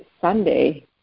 Sunday